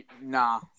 nah